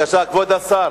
כבוד השר,